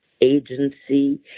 agency